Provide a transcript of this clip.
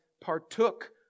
partook